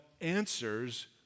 answers